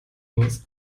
muss